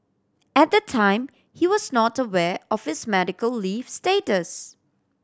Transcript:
at the time he was not aware of his medical leave status